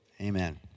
Amen